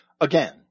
Again